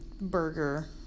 burger